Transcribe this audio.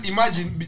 Imagine